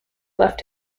left